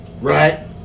right